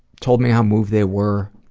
told me how moved they were.